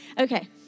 Okay